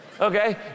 Okay